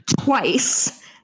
twice